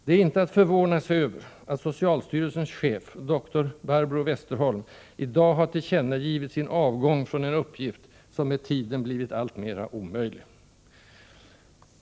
Det är inte att förvåna sig över att socialstyrelsens chef, doktor Barbro Westerholm, i dag har tillkännagivit sin avgång från en uppgift som med tiden blivit alltmer omöjlig.